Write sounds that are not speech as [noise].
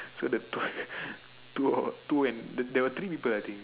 so the two [laughs] two or two and there were three people I think